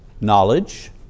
knowledge